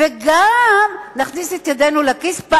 וגם נכניס את ידינו לכיס.